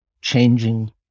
changing